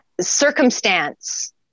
circumstance